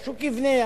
השוק יבנה,